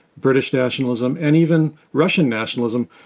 british nationalism, and even russian nationalism